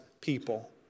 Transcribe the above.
people